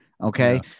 Okay